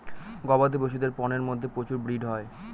গবাদি পশুদের পন্যের মধ্যে প্রচুর ব্রিড হয়